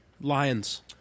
Lions